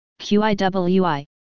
QIWI